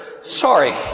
Sorry